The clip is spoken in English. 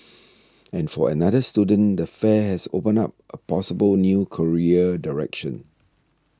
an for another student the fair has opened up a possible new career direction